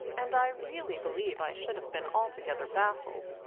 and i really believe i should have been altogether baffled,